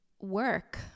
work